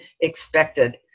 expected